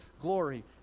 glory